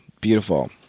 beautiful